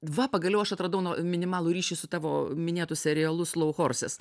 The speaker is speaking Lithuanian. va pagaliau aš atradau nu minimalų ryšį su tavo minėtu serialu slau horses